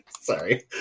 sorry